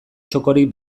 txokorik